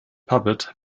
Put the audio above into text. puppet